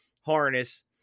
harness